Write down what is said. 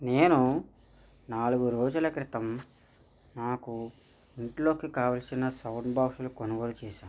నేను నాలుగు రోజుల క్రితం నాకు ఇంట్లోకి కావలసిన సౌండ్ బాక్సులు కొనుగోలు చేశాను